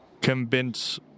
convince